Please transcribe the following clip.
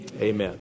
Amen